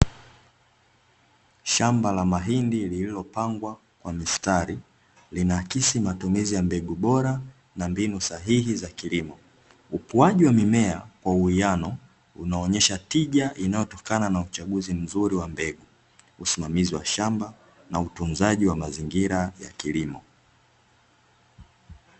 Shamba la mahindi lililopangwa kwa mistari linaakisi matumizi ya mbegu bora na mbinu sahihi za kilimo, ukuaji wa mimea kwa uwiano unaonesha tija inayotokana na uchaguzi mzuri wa mbegu, usimamizi wa shamba na utunzaji wa mazingira ya kilimo.